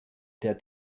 der